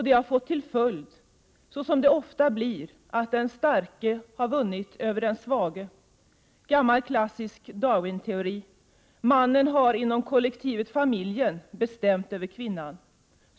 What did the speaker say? Det har fått till följd, så som det ofta blir, att den starke vunnit över den svage. Det är gammal klassisk Darwinteori. Mannen har inom kollektivet bestämt över kvinnan.